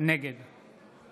נגד